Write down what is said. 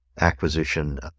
acquisition